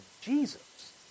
Jesus